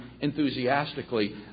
enthusiastically